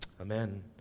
Amen